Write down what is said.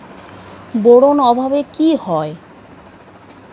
Boron অভাবে কি হয়?